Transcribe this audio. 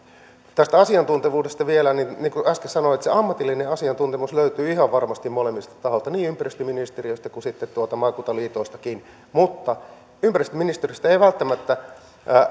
tästä asiantuntevuudesta vielä niin kuin äsken sanoin se ammatillinen asiantuntemus löytyy ihan varmasti molemmilta tahoilta niin ympäristöministeriöstä kuin sitten tuolta maakuntaliitoistakin mutta ympäristöministeriöstä ei välttämättä